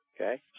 Okay